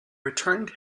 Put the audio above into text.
returned